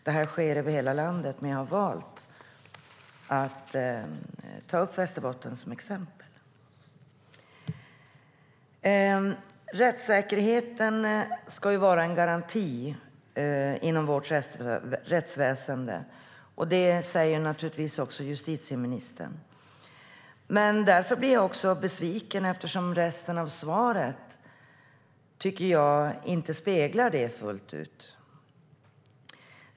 Det här sker över hela landet, men jag har valt att ta Västerbotten som ett exempel. Rättssäkerheten ska vara en garanti inom vårt rättsväsen, och det säger naturligtvis även justitieministern. Eftersom jag inte tycker att resten av svaret speglar detta fullt ut blir jag dock besviken.